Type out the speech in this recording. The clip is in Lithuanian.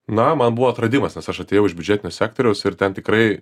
na man buvo atradimas nes aš atėjau iš biudžetinio sektoriaus ir ten tikrai